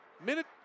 Minute